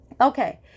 Okay